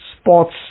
sports